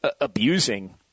abusing